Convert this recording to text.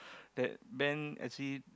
that band actually